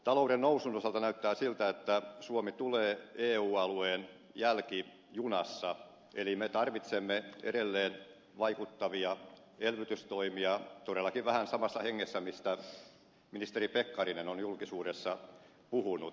talouden nousun osalta näyttää siltä että suomi tulee eu alueen jälkijunassa eli me tarvitsemme edelleen vaikuttavia elvytystoimia todellakin vähän samassa hengessä mistä ministeri pekkarinen on julkisuudessa puhunut